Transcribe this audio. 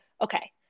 okay